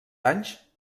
anys